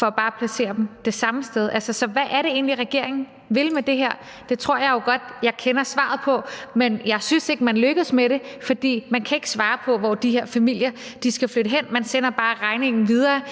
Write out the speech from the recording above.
bare at placere dem det samme sted. Så hvad er det egentlig, regeringen vil med det her? Det tror jeg godt jeg kender svaret på, men jeg synes ikke, man lykkes med det, for man kan ikke svare på, hvor de her familier skal flytte hen, man sender bare regningen videre